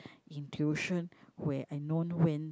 intuition where I known when